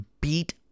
beat